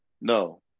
No